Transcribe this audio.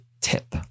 tip